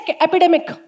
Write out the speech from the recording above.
epidemic